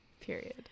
period